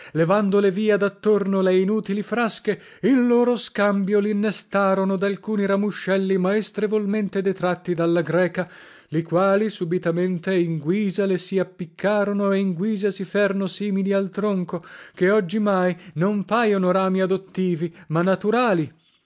facesse levandole via dattorno le inutili frasche in loro scambio linnestarono dalcuni ramuscelli maestrevolmente detratti dalla greca li quali subitamente in guisa le sappiccarono e in guisa si ferno simili al tronco che oggimai non paiono rami adottivi ma naturali